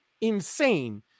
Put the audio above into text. insane